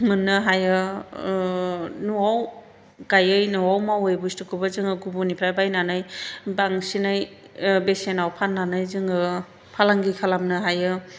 मोननो हायो न'आव गायै न'आव मावै बुस्थुखौबो जों गुबुननिफ्राय बायनानै बांसिनै बेसेनाव फान्नानै जोङो फालांगि खालामनो हायो